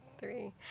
three